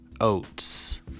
oats